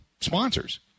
sponsors